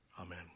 Amen